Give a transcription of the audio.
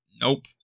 nope